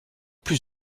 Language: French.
plus